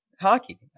hockey